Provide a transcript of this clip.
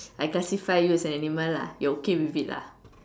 I classify you as an animal lah you okay with it lah